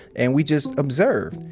and, we just observe.